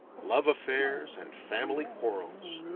love affairs, and family quarrels.